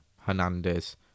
Hernandez